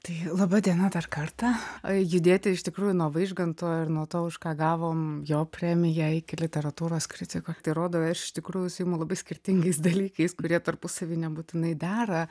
tai laba diena dar kartą judėti iš tikrųjų nuo vaižganto ir nuo to už ką gavom jo premiją ją literatūros kritiko tai rodo jau aš tikrųjų užsiimu labai skirtingais dalykais kurie tarpusavy nebūtinai dera